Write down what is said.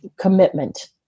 commitment